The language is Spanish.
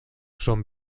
son